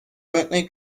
jointly